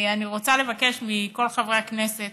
אני רוצה לבקש מכל חברי הכנסת,